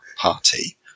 party